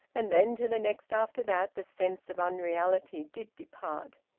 and then to the next after that, the sense of unreality did depart.